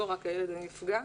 לא רק הילד הנפגע.